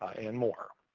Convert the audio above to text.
and more.